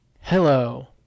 Hello